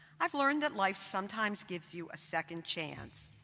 i've learned that life sometimes gives you a second chance.